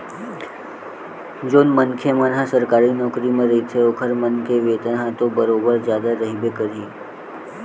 जउन मनखे मन ह सरकारी नौकरी म रहिथे ओखर मन के वेतन ह तो बरोबर जादा रहिबे करही